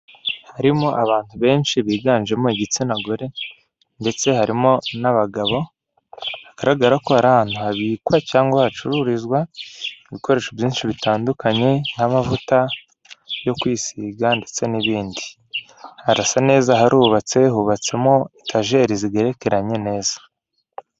Harimo abantu benshi biganjemo igitsina gore, ndetse harimo n'abagabo, hagaragara ko ari ahantu habikwa cyangwa hacururizwa ibikoresho byinshi bitandukanye nk'amavuta yo kwisiga ndetse n'ibindi, harasa neza harubatse, hubatswemo etajeri zigerekeranye neza.